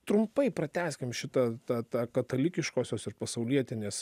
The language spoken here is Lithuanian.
trumpai pratęskim šitą tą tą katalikiškosios ir pasaulietinės